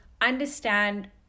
understand